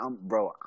bro